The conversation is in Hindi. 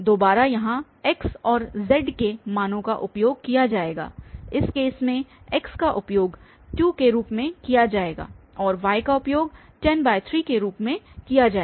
दोबारा यहां x और z के मानों का उपयोग किया जाएगा इस केस में x का उपयोग 2के रूप में किया जाएगा और y का उपयोग 103 के रूप में किया जाएगा